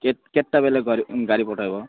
କେ କେତେବେଲେ ଗାଡ଼ି ପଠେଇବ